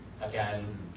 again